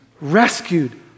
rescued